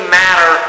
matter